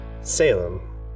Salem